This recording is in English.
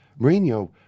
Mourinho